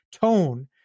tone